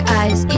eyes